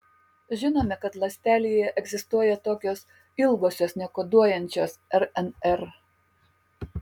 žinome kad ląstelėje egzistuoja tokios ilgosios nekoduojančios rnr